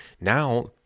Now